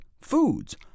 foods